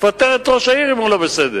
תפטר את ראש העיר אם הוא לא בסדר.